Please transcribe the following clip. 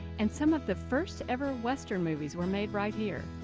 and some of the first ever western movies were made right here.